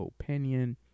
opinion